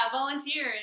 volunteer